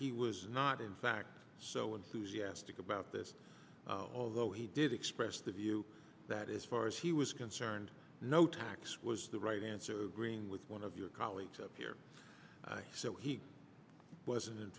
he was not in fact so enthusiastic about this although he did express the view that as far as he was concerned no tax was the right answer green with one of your colleagues here so he was